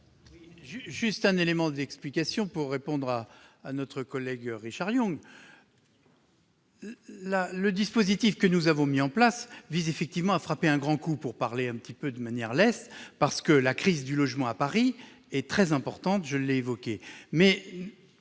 juste un élément d'explication pour répondre à notre collègue Richard Yung. Le dispositif que nous avons mis en place vise effectivement à frapper un grand coup, si je puis m'exprimer ainsi. La crise du logement à Paris est en effet très importante, je l'ai évoqué.